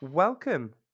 Welcome